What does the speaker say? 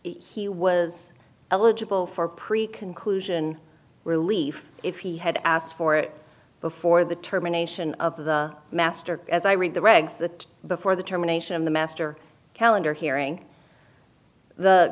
he was eligible for pre conclusion relief if he had asked for it before the terminations of the master as i read the regs that before the termination of the master calendar hearing the